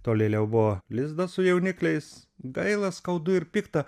tolėliau buvo lizdas su jaunikliais gaila skaudu ir pikta